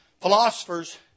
philosophers